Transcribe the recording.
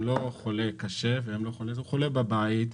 הם לא חולים קשה, הם חולים שנמצאים בביתם.